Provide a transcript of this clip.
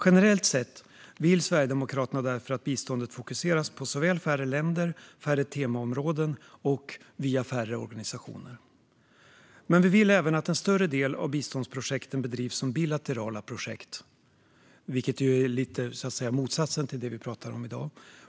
Generellt sett vill Sverigedemokraterna att biståndet fokuseras på såväl färre länder som färre temaområden och färre organisationer. Vi vill även att en större andel av biståndsprojekten bedrivs som bilaterala projekt, vilket är lite av motsatsen till det vi pratar om i dag.